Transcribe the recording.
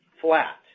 flat